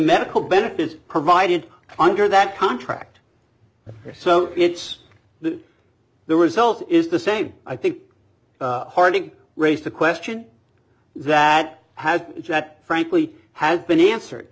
medical benefits provided under that contract so it's that the result is the same i think harding raised the question that had that frankly has been answered